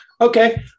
Okay